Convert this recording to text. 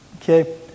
Okay